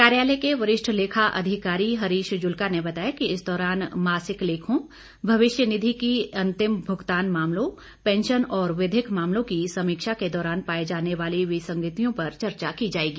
कार्यालय के वरिष्ठ लेखा अधिकारी हरीश जुल्का ने बताया कि इस दौरान मासिक लेखों भविष्य निधी के अंतिम भूगतान मामलों पैंशन और विधिक मामलों की समीक्षा के दौरान पाई जाने वाली विसंगतियों पर चर्चा की जाएगी